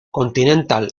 continental